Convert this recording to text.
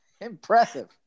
impressive